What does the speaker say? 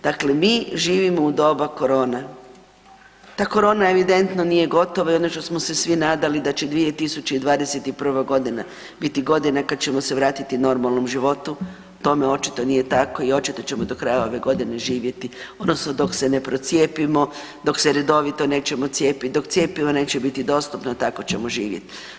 Dakle, mi živimo u doba korone, ta korona evidentno nije gotova i ono što smo se svi nadali da će 2021. godina biti godina kad ćemo se vratiti normalnom životu tome očito nije tako i očito ćemo do kraja ove godine živjeti odnosno dok se ne procijepimo, dok se redovito nećemo cijepiti, dok cjepivo neće biti dostupno tako ćemo živjeti.